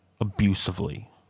abusively